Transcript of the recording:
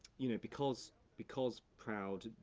you know, because because proud,